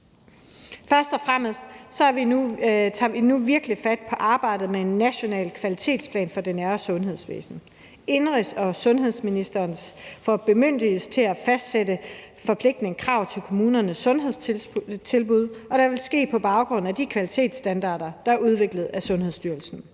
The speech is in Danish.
Først og fremmest tager vi nu virkelig fat på arbejdet med en national kvalitetsplan for det nære sundhedsvæsen. Indenrigs- og sundhedsministeren får bemyndigelse til at fastsætte forpligtende krav til kommunernes sundhedstilbud, og det vil ske på baggrund af de kvalitetsstandarder, der er udviklet af Sundhedsstyrelsen.